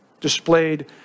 Displayed